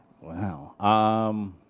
Wow